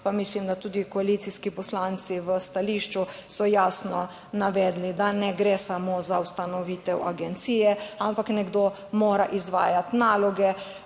pa mislim, da tudi koalicijski poslanci v stališču so jasno navedli, da ne gre samo za ustanovitev agencije, ampak nekdo mora izvajati naloge,